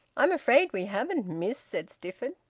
i'm afraid we haven't, miss, said stifford.